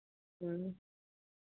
ह्म्म